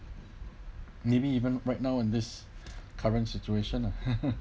maybe even right now in this current situation lah